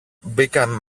μπήκαν